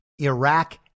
Iraq